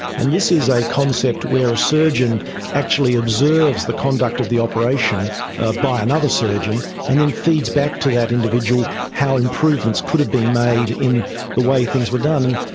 and this is a concept where a surgeon actually observes the conduct of the operation ah by another surgeon and then feeds back to that individual how improvements could have been made in the way things were done.